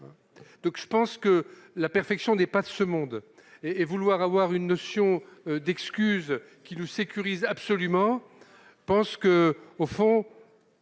donc je pense que la perfection n'est pas de ce monde et et vouloir avoir une notion d'excuses qui nous sécurise absolument pense que au fond